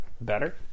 better